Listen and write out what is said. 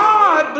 God